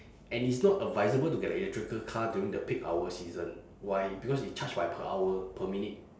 and it's not advisable to get electrical car during the peak hour season why because it charge by per hour per minute